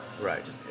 Right